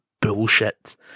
bullshit